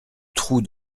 trou